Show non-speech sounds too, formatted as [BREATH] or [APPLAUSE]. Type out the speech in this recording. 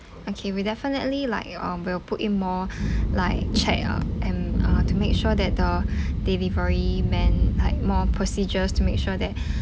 okay we definitely like um will put in more [BREATH] like check lah and uh to make sure that the [BREATH] delivery man like more procedures to make sure that